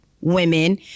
women